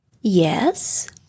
Yes